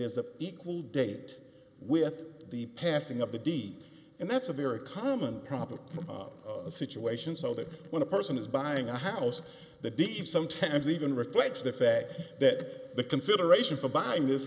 a equal date with the passing of the d and that's a very common problem situation so that when a person is buying a house the deep sometimes even reflects the fact that the consideration for buying this